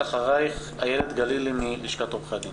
אחרייך איילת גלילי מלשכת עורכי הדין.